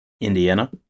Indiana